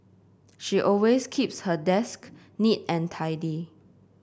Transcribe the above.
she always keeps her desk neat and tidy